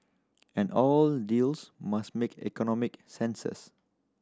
and all deals must make economic senses